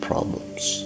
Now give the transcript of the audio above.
problems